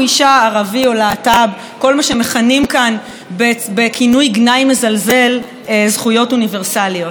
כל מה שמכנים כאן בכינוי גנאי מזלזל "זכויות אוניברסליות"; זה או הרבנים